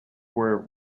were